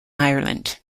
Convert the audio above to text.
ireland